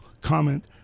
comment